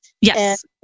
Yes